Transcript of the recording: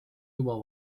juba